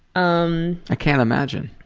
um i can't imagine.